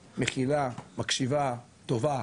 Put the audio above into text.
מכילה, מקשיבה, טובה